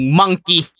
monkey